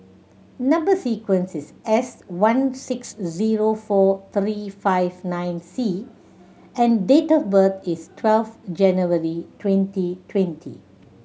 number sequence is S one six zero four three five nine C and date of birth is twelve January twenty twenty